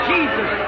Jesus